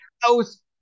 house